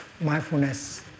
mindfulness